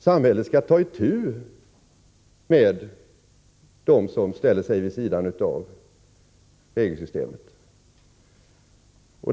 Samhället skall ta itu med dem som ställer sig vid sidan av regelsystemet.